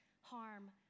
harm